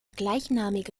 gleichnamige